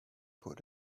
put